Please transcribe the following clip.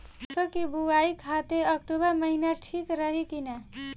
सरसों की बुवाई खाती अक्टूबर महीना ठीक रही की ना?